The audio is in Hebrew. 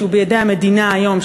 שהוא המדינה היום,